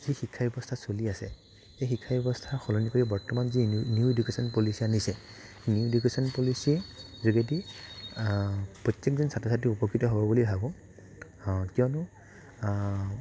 যি শিক্ষাব্যৱস্থা চলি আছে সেই শিক্ষাব্যৱস্থা সলনি কৰি বৰ্তমান যি নিউ ইডুকেশ্যন পলিচি আনিছে নিউ ইডুকেশ্যন পলিচিৰ যোগেদি প্ৰত্যেকজন ছাত্ৰ ছাত্ৰী উপকৃত হ'ব বুলি ভাবোঁ কিয়নো